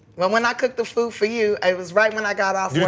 well, when i cooked the food for you, it was right when i got off